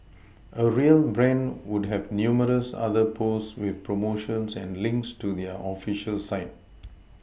a real brand would have numerous other posts with promotions and links to their official site